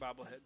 bobblehead